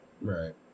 Right